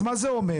אז מה זה אומר?